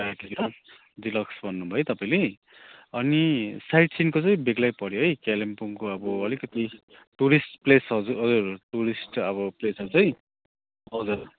सात हजार डिलक्स भन्नुभयो है तपाईँले अनि साइट सिनको चाहिँ बेग्लै पऱ्यो है कालिम्पोङको अब अलिकति टुरिस्ट प्लेस हजुर टुरिस्ट अब प्लेसहरू चाहिँ हजुर